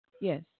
Yes